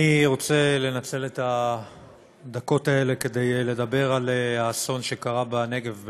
אני רוצה לנצל את הדקות האלה כדי לדבר על האסון שקרה בנגב,